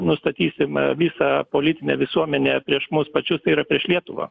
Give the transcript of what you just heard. nustatysime visą politinę visuomenę prieš mus pačius tai yra prieš lietuvą